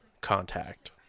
contact